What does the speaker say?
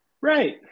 Right